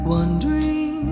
Wondering